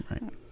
Right